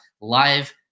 live